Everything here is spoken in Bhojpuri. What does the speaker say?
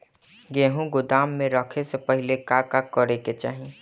गेहु गोदाम मे रखे से पहिले का का करे के चाही?